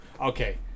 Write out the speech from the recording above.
Okay